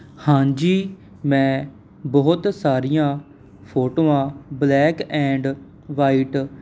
ਹਾਂਜੀ ਮੈਂ ਬਹੁਤ ਸਾਰੀਆਂ ਫੋਟੋਆਂ ਬਲੈਕ ਐਂਡ ਵਾਈਟ